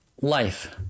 life